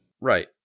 Right